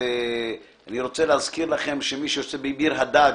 אני רוצה להזכיר לכם שמי שיושב בביר הדאג'